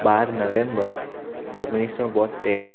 બાર November ઓગણીસો બોત્તેર